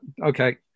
okay